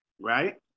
right